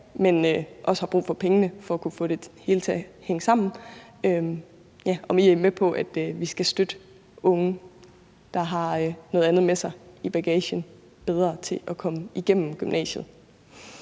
men som har brug for pengene for at kunne få det hele til at hænge sammen. Er I med på, at vi skal støtte unge, der har noget andet med i bagagen, bedre til at kunne komme igennem gymnasiet?